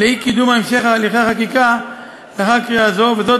לאי-קידום המשך הליכי החקיקה לאחר קריאה זו עד